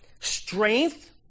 Strength